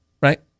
right